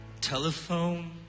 telephone